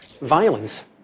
Violence